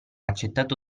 accettato